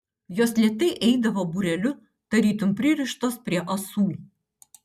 jos lėtai eidavo būreliu tarytum pririštos prie ąsų